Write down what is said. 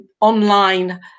online